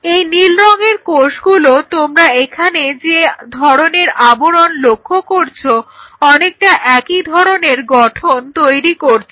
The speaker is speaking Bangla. এই নীল রঙের কোষগুলো তোমরা এখানে যে ধরনের আবরণ লক্ষ্য করছো অনেকটা একই ধরনের গঠন তৈরি করছে